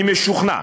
אני משוכנע